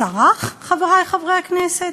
סרח, חברי חברי הכנסת?